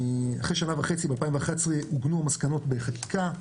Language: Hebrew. אחרי שנה וחצי, ב-2011 עוגנו המסקנות בחקיקה,